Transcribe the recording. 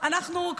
2023,